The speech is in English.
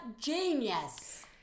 genius